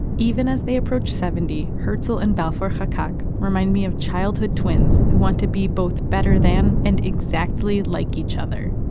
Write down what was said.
even as they approach seventy, herzel and balfour chakak remind me of childhood twins who want to be both better than and exactly like each other.